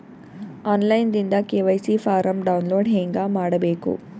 On line ದಿಂದ KYC form download ಹೇಂಗ ಮಾಡಬೇಕು?